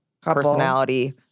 personality